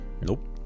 nope